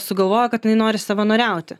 sugalvojo kad nori savanoriauti